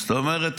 זאת אומרת,